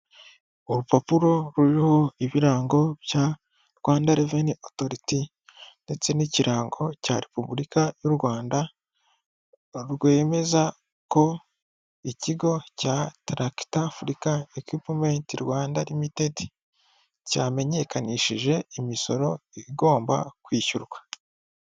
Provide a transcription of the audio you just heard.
Urupapuro ruriho ibirango bya Rwanda reveni otoriti ndetse n'ikirango cya repuburika y'u Rwanda, rwemeza ko ikigo cya tarakita afurika ekwipumeti Rwanda rimitidi ,cyamenyekanishije imisoro igomba kwishyurwa.